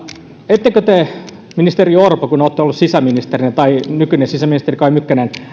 ettekö te ministeri orpo kun olette ollut sisäministerinä tai nykyinen sisäministeri kai mykkänen